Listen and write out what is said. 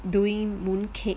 doing mooncake